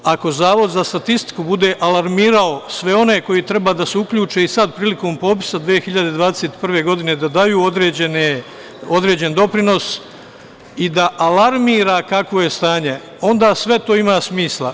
Ako Zavod za statistiku bude alarmirao sve one koji treba da se uključe i sada prilikom popisa 2021. godine da daju određen doprinos i da alarmira kakvo je stanje, onda sve to ima smisla.